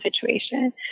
situation